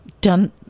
done